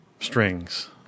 strings